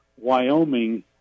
Wyoming